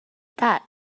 that